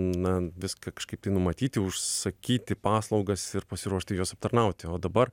na viską kažkaip tai numatyti užsakyti paslaugas ir pasiruošti juos aptarnauti o dabar